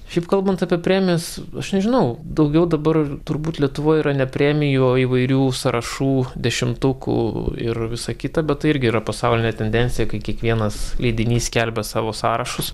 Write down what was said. šiaip kalbant apie premijas aš nežinau daugiau dabar turbūt lietuvoj yra ne premijų o įvairių sąrašų dešimtukų ir visa kita bet tai irgi yra pasaulinė tendencija kai kiekvienas leidinys skelbia savo sąrašus